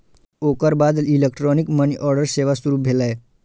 ओकर बाद electronic money order सेवा शुरू भेलै